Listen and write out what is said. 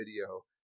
video